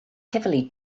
heavily